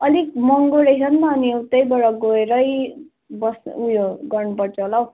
अलिक महँगो रहेछ नि त अनि उतैबाट गएरै बस् उयो गर्नुपर्छ होला हौ